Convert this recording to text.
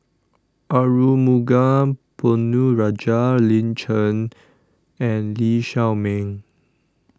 Arumugam Ponnu Rajah Lin Chen and Lee Shao Meng